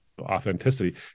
authenticity